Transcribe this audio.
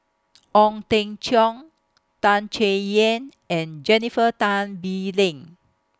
Ong Teng Cheong Tan Chay Yan and Jennifer Tan Bee Leng